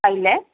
पाहिले आहे